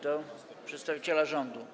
Do przedstawiciela rządu.